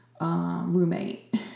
roommate